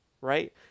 right